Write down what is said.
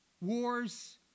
wars